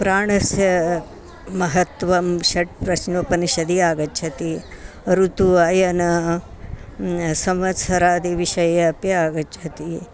प्राणस्य महत्वं षट् प्रश्नोपनिषदि आगच्छति ऋतु अयन संवत्सरादिविषये अपि आगच्छति